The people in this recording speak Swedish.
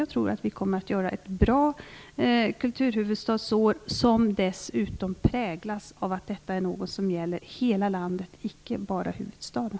Jag tror att vi kommer att göra ett bra kulturhuvudstadsår som dessutom präglas av att detta är något som gäller hela landet och icke bara huvudstaden.